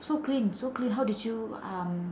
so clean so clean how did you um